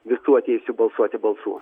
visų atėjusių balsuoti balsų